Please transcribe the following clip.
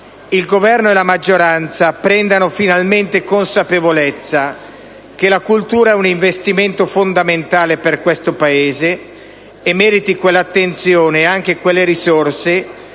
il Governo e la maggioranza prendano finalmente consapevolezza che la cultura è un investimento fondamentale per questo Paese e merita quell'attenzione e quelle risorse